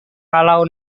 kalau